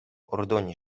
ordoni